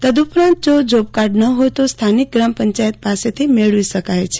તદ્દૌપરાંત જો જોબકાર્ડ ન હોય તો સ્થાનિક ગ્રામપંચાયત પાસેથી મેળૅવી શકાય છે